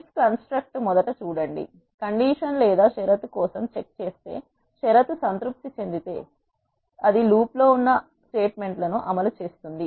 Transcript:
if construct మొదట చూడండి condition లేదా షరతు కోసం చెక్ చేస్తే షరతు సంతృప్తి చెందితే అది లూప్లో ఉన్న స్టేట్మెంట్లను అమలు చేస్తుంది